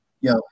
yo